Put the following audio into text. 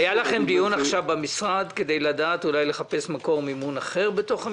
היה לכם דיון במשרד כדי לחפש מקור מימון אחר בתוך המשרד?